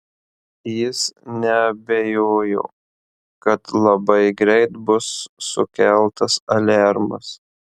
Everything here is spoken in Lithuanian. jis neabejojo kad labai greit bus sukeltas aliarmas